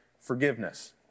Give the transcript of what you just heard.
forgiveness